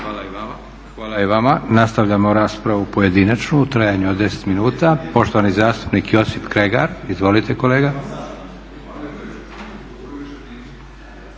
Hvala i vama. Nastavljamo raspravu pojedinačnu u trajanju od 10 minuta. Poštovani zastupnik Josip Kregar, izvolite kolega.